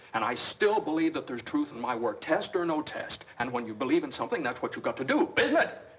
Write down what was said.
and i still believe that there's truth in my work. test or no test. and when you believe in something, that's what you've got to do, isn't it?